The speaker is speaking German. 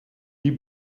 die